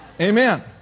Amen